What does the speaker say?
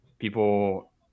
people